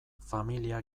familia